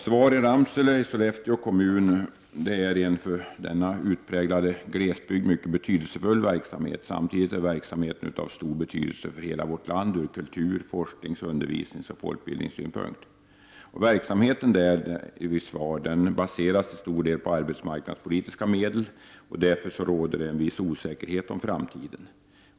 SVAR i Ramsele i Sollefteå kommun är en för denna utpräglade glesbygd mycket betydelsefull verksamhet, samtidigt som den har stor betydelse för hela vårt land ur kultur-, forsknings-, undervisningsoch folkbildningssynpunkt. SVARS verksamhet baseras till stor del på arbetsmarknadspolitiska medel och därför råder det en viss osäkerhet om framtiden.